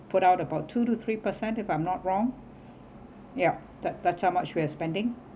put out about two to three percent if I'm not wrong yup that that's how much we are spending